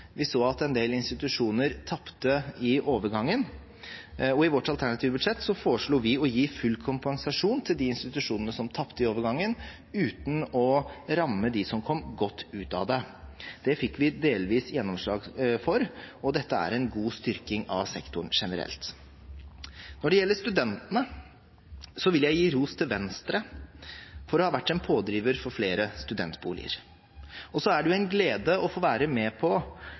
Vi så at en del institusjoner tapte i overgangen, og i vårt alternative budsjett foreslo vi å gi full kompensasjon til de institusjonene som tapte i overgangen – uten å ramme dem som kom godt ut av det. Det fikk vi delvis gjennomslag for, og dette er en god styrking av sektoren generelt. Når det gjelder studentene, vil jeg gi ros til Venstre for å ha vært pådriver for flere studentboliger, og det er en glede å få være med på at studiestøtten nå trappes opp til 11 måneder. For Kristelig Folkeparti er det på